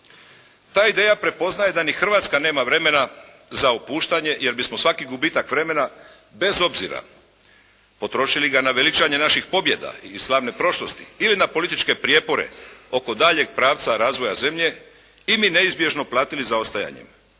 Ta ideja prepoznaje da ni Hrvatska nema vremena za opuštanje jer bismo svaki gubitak vremena bez obzira potrošili ga na veličanje naših pobjeda iz slavne prošlosti ili na političke prijepore oko daljnjeg pravca razvoja zemlje i mi neizbježno platili zaostajanjem.